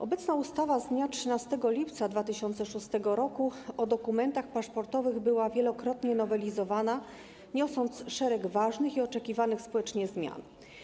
Obecna ustawa z dnia 13 lipca 2006 r. o dokumentach paszportowych była wielokrotnie nowelizowana, niosąc szereg ważnych i oczekiwanych społecznie zmian.